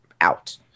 out